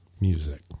music